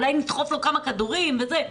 אולי נדחף לו כמה כדורים וזה,